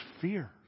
fear